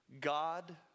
God